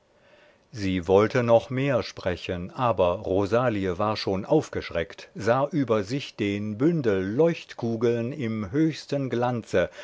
sie wollte noch mehr sprechen aber rosalie war schon aufgeschreckt sah über sich den bündel leuchtkugeln im höchsten glanze